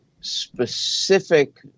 specific